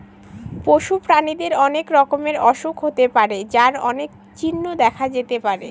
পশু প্রাণীদের অনেক রকমের অসুখ হতে পারে যার অনেক চিহ্ন দেখা যেতে পারে